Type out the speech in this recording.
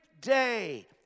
day